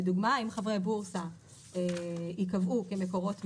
לדוגמה, אם חברי בורסה ייקבעו כמקורות מידע,